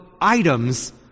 items